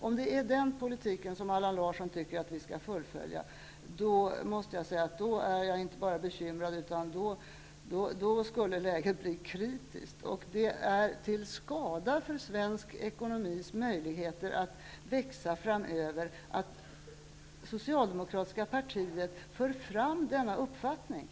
Om det är den politiken Allan Larsson tycker att vi skall fullfölja är jag inte bara litet bekymrad. Då skulle läget bli kritiskt. Det är till skada för svensk ekonomis möjligheter att växa framöver när Socialdemokratiska partiet för fram denna uppfattning.